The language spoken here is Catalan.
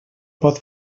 pot